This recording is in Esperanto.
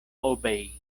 obei